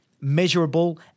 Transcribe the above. measurable